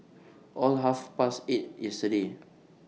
after Half Past eight yesterday